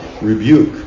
rebuke